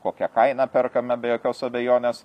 kokią kainą perkame be jokios abejonės